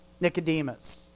Nicodemus